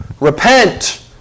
Repent